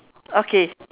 okay